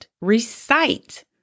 recite